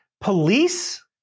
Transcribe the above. Police